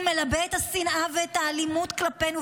הוא מלבה את השנאה ואת האלימות כלפינו,